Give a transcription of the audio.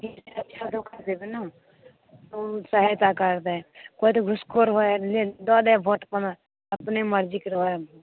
ठीक है अच्छा लोकके देबै ने ओ सहायता कर दे केओ तऽ घूसखोर होय दऽ देब भोट अपन अपने मर्जीके रहे है